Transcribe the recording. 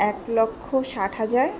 এক লক্ষ ষাট হাজার